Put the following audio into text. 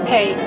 Hey